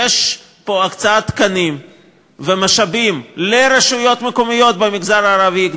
יש פה הקצאת תקנים ומשאבים לרשויות מקומיות במגזר הערבי,